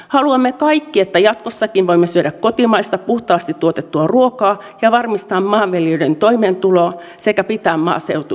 haluamme kaikki että jatkossakin voimme syödä kotimaista puhtaasti tuotettua ruokaa ja varmistaa maanviljelijöiden toimeentulon sekä pitää maaseudun elävänä